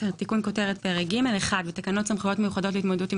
תיקון כותרת פרק ג' בתקנות סמכויות מיוחדות להתמודדות עם